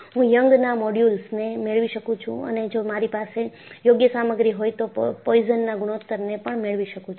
હું યંગના મોડ્યુલસને મેળવી શકું છું અને જો મારી પાસે યોગ્ય સામગ્રી હોય તો હું પોઈઝનના ગુણોત્તર ને પણ મેળવી શકું છું